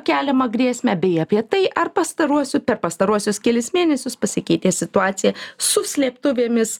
keliamą grėsmę bei apie tai ar pastaruosiu per pastaruosius kelis mėnesius pasikeitė situacija su slėptuvėmis